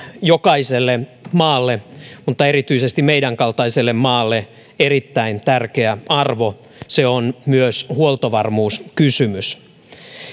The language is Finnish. jokaiselle maalle mutta erityisesti meidän kaltaiselle maalle erittäin tärkeä arvo se on myös huoltovarmuuskysymys